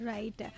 Right